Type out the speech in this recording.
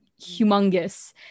humongous